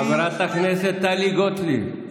איזה --- חברת הכנסת טלי גוטליב,